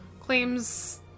claims